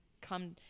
come